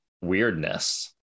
weirdness